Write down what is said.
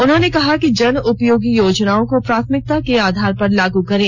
उन्होंने कहा कि जन उपयोगी योजनाओं को प्राथमिकता के आधार पर लागू करें